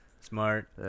Smart